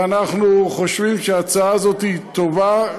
ואנחנו חושבים שההצעה הזאת היא טובה.